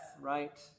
right